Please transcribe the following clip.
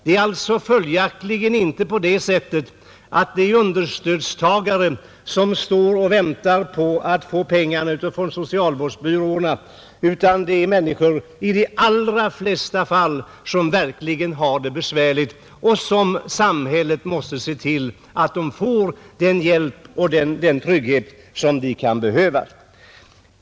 Det är följaktligen inte på det sättet att det är understödstagare som står och väntar på att få pengar av socialvårdsbyråerna, utan i de allra flesta fall rör det sig om människor som verkligen har det besvärligt, och samhället måste se till att de får den hjälp och den trygghet som de kan behöva.